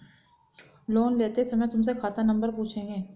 loan लेते समय तुमसे खाता नंबर पूछेंगे